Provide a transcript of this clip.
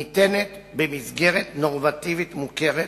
ניתנת במסגרת נורמטיבית מוכרת,